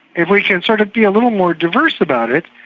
if we can sort of be a little more diverse about it,